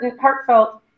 heartfelt